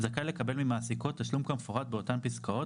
זכאי לקבל ממעסיקו תשלום כמפורט באותן פסקאות